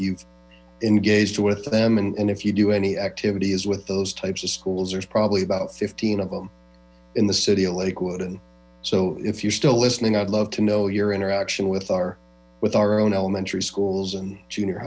you've engaged with them and if you do any activities with those types of schools there's probably about fifteen of them in the city of lakewood so if you're still listening i'd love to know your interaction with our with our own elementary schools and junior